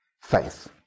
faith